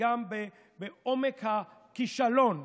וגם בעומק הכישלון,